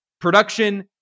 production